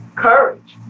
courage.